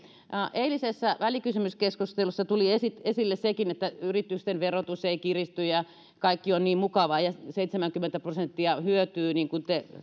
eilisessä välikysymyskeskustelussa tuli esille esille sekin että yritysten verotus ei kiristy ja kaikki on niin mukavaa ja seitsemänkymmentä prosenttia hyötyy niin kuin te